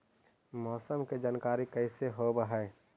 मौसमा के जानकारी कैसे होब है?